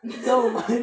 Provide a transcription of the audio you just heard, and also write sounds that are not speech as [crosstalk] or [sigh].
[laughs]